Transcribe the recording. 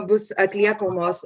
bus atliekamos